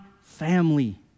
family